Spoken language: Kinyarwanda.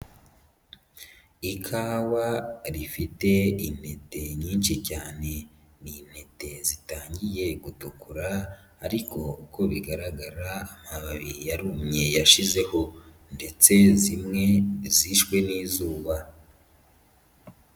Ikawa rifite in intete nyinshi cyane. Ni intete zitangiye gutukura ariko uko bigaragara amababi yarumye yashizeho ndetse zimwe zishwe n'izuba.